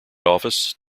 office